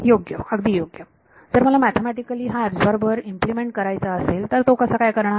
योग्य अगदी योग्य आणि जर मला मॅथेमॅटिकली हा एबझोर्बर इम्प्लिमेंट करायचा असेल तो कसा काय करणार